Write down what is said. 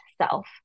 self